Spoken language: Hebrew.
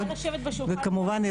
כמובן,